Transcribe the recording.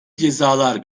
cezalar